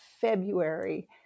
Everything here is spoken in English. February